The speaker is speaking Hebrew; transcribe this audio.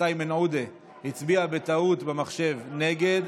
איימן עודה הצביע בטעות במחשב נגד,